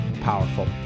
powerful